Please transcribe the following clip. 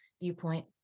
viewpoint